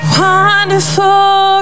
wonderful